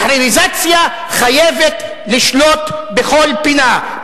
"תחריריזציה" חייבת לשלוט בכל פינה.